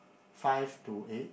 five to eight